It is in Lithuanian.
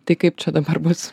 tai kaip čia dabar bus